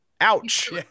ouch